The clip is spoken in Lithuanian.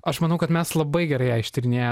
aš manau kad mes labai gerai ją ištyrinėję